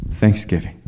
thanksgiving